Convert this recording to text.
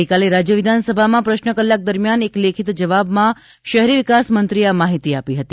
ગઇકાલે રાજ્ય વિધાનસભામાં પ્રશ્ન કલાક દરમિયાન એક લેખિત જવાબમાં શહેરી વિકાસમંત્રીએ આ માહિતી આપી હતી